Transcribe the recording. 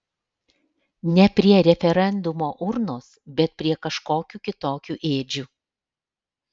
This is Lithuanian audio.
ne prie referendumo urnos bet prie kažkokių kitokių ėdžių